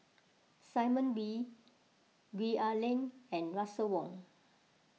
Simon Wee Gwee Ah Leng and Russel Wong